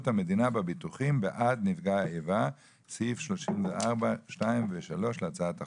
המדינה בביטוחים בעד נפגע איבה (סעיף 34(2) ו-(3) להצעת החוק.